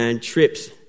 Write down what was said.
trips